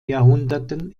jahrhunderten